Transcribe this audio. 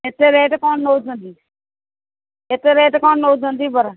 ଏତେ ରେଟ୍ କ'ଣ ନେଉଛନ୍ତି ଏତେ ରେଟ୍ କ'ଣ ନେଉଛନ୍ତି ବରା